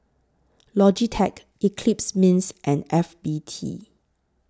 Logitech Eclipse Mints and F B T